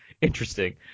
Interesting